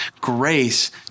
grace